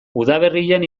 udaberrian